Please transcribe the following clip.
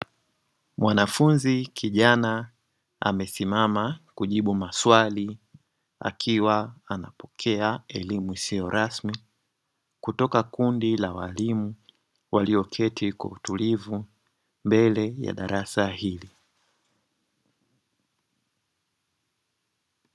Mwanafunzi kijana amesimama kujibu maswali, akiwa anapokea elimu isiyo rasmi kutoka kundi la walimu walioketi kwa utulivu mbele ya darasa hili.